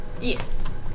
Yes